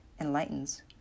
enlightens